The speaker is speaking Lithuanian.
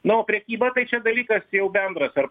na o prekyba tai čia dalykas jau bendras ar